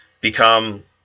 become